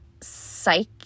psych